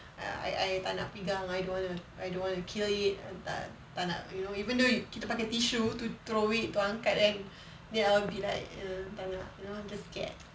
I I tak nak pegang I don't want to I don't want to kill it tak tak nak you know even though kita pakai tissue to throw it to angkat kan ya I'll be like tak nak you know just scared